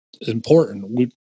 important